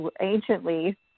anciently